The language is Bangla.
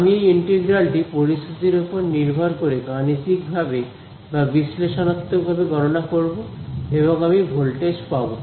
আমি এই ইন্টিগ্রাল টি পরিস্থিতির ওপর নির্ভর করে গাণিতিকভাবে বা বিশ্লেষণাত্মক ভাবে গননা করবো এবং আমি ভোল্টেজ পাব